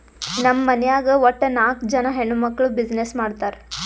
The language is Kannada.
ನಮ್ ಮನ್ಯಾಗ್ ವಟ್ಟ ನಾಕ್ ಜನಾ ಹೆಣ್ಮಕ್ಕುಳ್ ಬಿಸಿನ್ನೆಸ್ ಮಾಡ್ತಾರ್